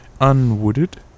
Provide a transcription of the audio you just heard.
Unwooded